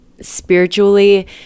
spiritually